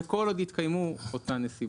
וכל עוד יתקיימו אותן נסיבות.